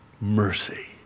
mercy